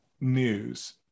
news